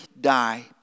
die